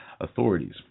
authorities